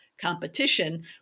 competition